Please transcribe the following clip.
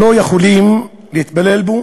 לא יכולים להתפלל בו